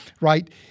right